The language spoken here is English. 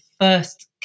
first